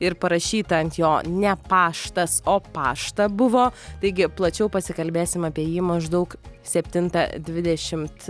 ir parašyta ant jo ne paštas o pašta buvo taigi plačiau pasikalbėsim apie jį maždaug septintą dvidešimt